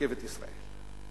לרכבת ישראל.